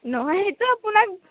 নহয় সেইটো আপোনাৰ